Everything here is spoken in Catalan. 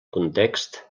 context